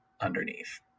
underneath